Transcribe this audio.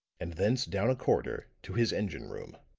and thence down a corridor to his engine-room.